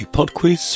Podquiz